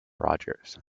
rogers